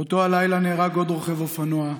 באותו הלילה נהרג עוד רוכב אופנוע,